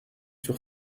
sur